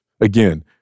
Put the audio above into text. again